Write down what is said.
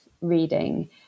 reading